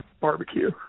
barbecue